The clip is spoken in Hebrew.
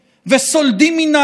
כמובן,